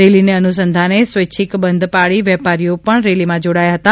રેલીને અનુસંધાને સ્વૈચ્છિક બંધ પાળી વેપારીએ પણ રેલીમાં જોડાયા હતા